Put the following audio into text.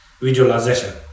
visualization